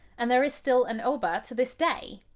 and there is still an oba to this day!